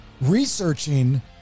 researching